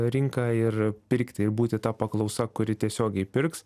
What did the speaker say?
rinką ir pirkti ir būti ta paklausa kuri tiesiogiai pirks